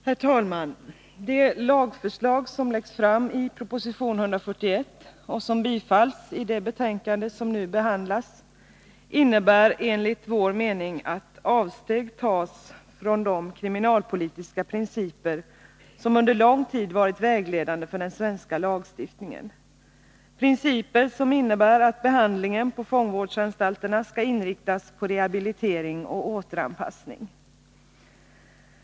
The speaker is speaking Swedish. Herr talman! De lagförslag som läggs fram i proposition 141 och som tillstyrks i det betänkande som nu behandlas innebär enligt vår mening att avsteg tas från de kriminalpolitiska principer som under lång tid varit vägledande för den svenska lagstiftningen, principer som innebär att behandlingen på fångvårdsanstalterna skall inriktas på rehabilitering och återanpassning.